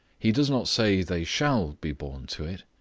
he does not say they shall be born to it,